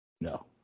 No